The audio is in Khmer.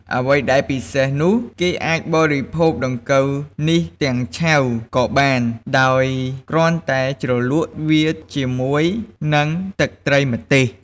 អ្វីដែលពិសេសនោះ គេអាចបរិភោគដង្កូវនេះទាំងឆៅក៏បាន ដោយគ្រាន់តែជ្រលក់វាជាមួយនឹងទឹកត្រីម្ទេស។